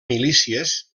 milícies